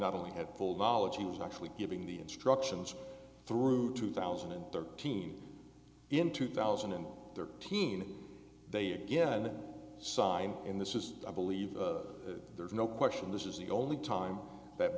not only had full knowledge he was actually giving the instructions through two thousand and thirteen in two thousand and thirteen and they again signed in this is i believe there's no question this is the only time that